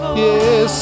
yes